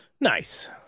Nice